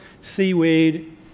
seaweed